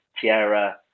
Tierra